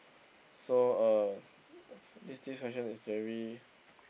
so uh this this question is very